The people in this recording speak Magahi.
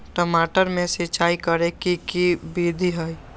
टमाटर में सिचाई करे के की विधि हई?